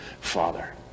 father